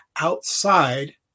outside